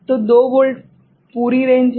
तो 2 वोल्ट पूरी रेंज है